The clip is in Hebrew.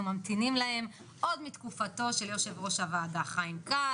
ממתינים להן עוד מתקופתו של יושב ראש הוועדה חיים כץ.